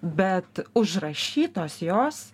bet užrašytos jos